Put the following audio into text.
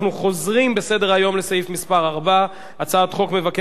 אני קובע שהצעת חוק הנוער (טיפול והשגחה)